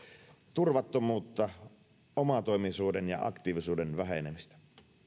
turvattomuutta omatoimisuuden ja aktiivisuuden vähenemistä